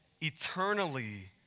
eternally